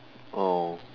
oh